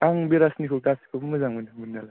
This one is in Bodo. आं बिराजनिखौ गासैखौबो मोजां मोनो मोननायालाय